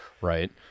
right